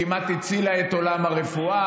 כמעט הצילה את עולם הרפואה.